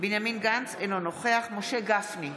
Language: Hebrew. בנימין גנץ, אינו נוכח משה גפני,